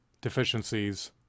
deficiencies